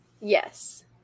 Yes